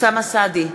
אוסאמה סעדי,